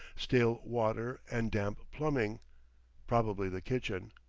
stale water and damp plumbing probably the kitchen.